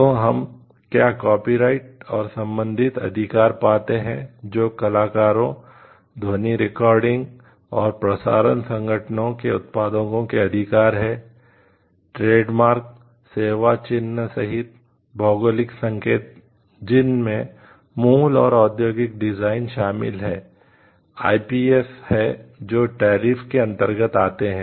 तो हम क्या कॉपीराइट शामिल हैं IPS हैं जो TRIPS के अंतर्गत आते हैं